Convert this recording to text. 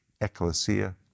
ecclesia